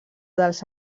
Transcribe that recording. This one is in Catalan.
dels